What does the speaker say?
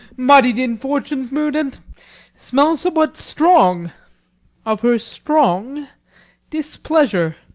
muddied in fortune's mood, and smell somewhat strong of her strong displeasure.